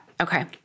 Okay